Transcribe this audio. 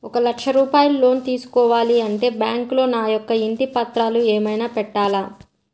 ఒక లక్ష రూపాయలు లోన్ తీసుకోవాలి అంటే బ్యాంకులో నా యొక్క ఇంటి పత్రాలు ఏమైనా పెట్టాలా?